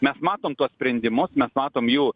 mes matom tuos sprendimus mes matom jų